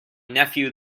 nephew